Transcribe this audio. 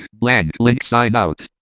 like link sign out.